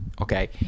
okay